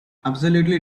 absolutely